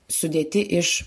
sudėti iš